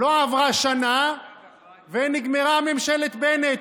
לא עברה שנה ונגמרה ממשלת בנט.